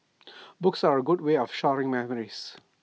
books are A good way of storing memories